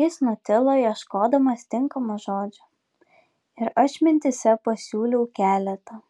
jis nutilo ieškodamas tinkamo žodžio ir aš mintyse pasiūliau keletą